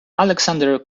alexander